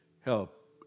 help